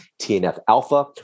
TNF-alpha